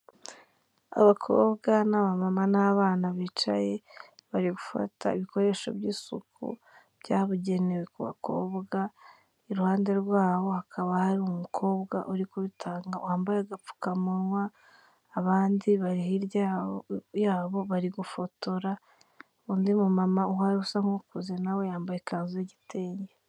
Abakobwa n'abamama n'abana bicaye bari gufata ibikoresho by'isuku byabugenewe ku bakobwa, iruhande rwabo hakaba hari umukobwa uri wambaye agapfukamunwa abandi bari hirya yabo bari gufotora, undi mumama usa nk'ukuze nawe yambaye ikanzu y'igitenge.